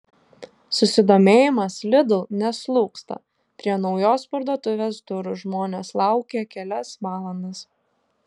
susidomėjimas lidl neslūgsta prie naujos parduotuvės durų žmonės laukė kelias valandas